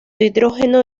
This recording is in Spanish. hidrógeno